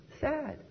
Sad